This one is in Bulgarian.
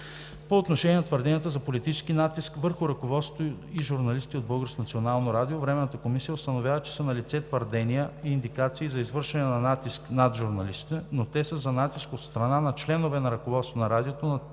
По отношение на твърденията за политически натиск върху ръководството и журналисти от Българското национално радио Временната комисия установява, че са налице твърдения и индикации за извършване на натиск над журналисти, но те са за натиск от страна на членове на ръководството на Радиото над